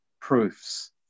proofs